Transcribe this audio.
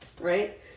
right